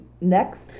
next